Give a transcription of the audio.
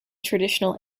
traditional